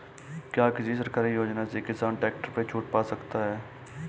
क्या किसी सरकारी योजना से किसान ट्रैक्टर पर छूट पा सकता है?